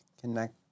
connect